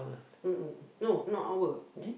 no not hour